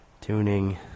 tuning